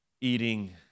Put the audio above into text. eating